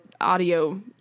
audio